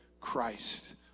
Christ